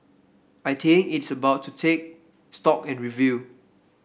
I think it's about to take stock and review